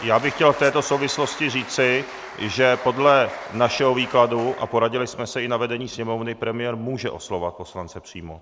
Já bych chtěl v této souvislosti říci, že podle našeho výkladu, a poradili jsme se i na vedení Sněmovny, premiér může oslovovat poslance přímo.